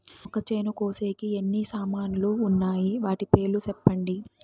మొక్కచేను కోసేకి ఎన్ని సామాన్లు వున్నాయి? వాటి పేర్లు సెప్పండి?